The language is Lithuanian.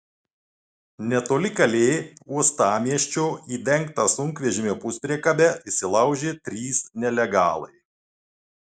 netoli kalė uostamiesčio į dengtą sunkvežimio puspriekabę įsilaužė trys nelegalai